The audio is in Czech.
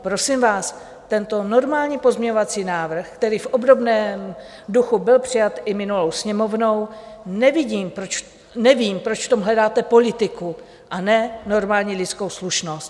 Prosím vás, tento normální pozměňovací návrh, který v obdobném duchu byl přijat i minulou Sněmovnou, nevím, proč v tom hledáte politiku a ne normální lidskou slušnost.